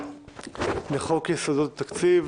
לחוק יסודות התקציב